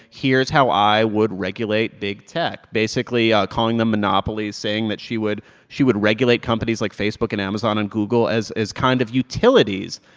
here's how i would regulate big tech, basically calling them monopolies, saying that she would she would regulate companies like facebook and amazon and google as as kind of utilities,